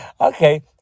okay